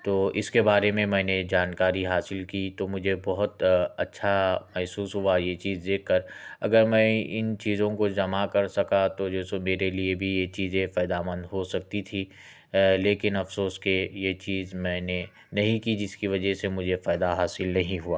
تو اِس کے بارے میں میں نے جانکاری حاصل کی تو مجھے بہت اچھا محسوس ہُوا یہ چیز دیکھ کر اگر میں اِن چیزوں کو جمع کر سکا تو جو سو میرے لئے بھی یہ چیزیں فایدہ مند ہو سکتی تھی لیکن افسوس کہ یہ چیز میں نے نہیں کی جس کی وجہ سے مجھے فایدہ حاصل نہیں ہُوا